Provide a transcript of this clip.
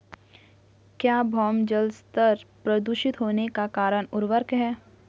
क्या भौम जल स्तर प्रदूषित होने का कारण उर्वरक है?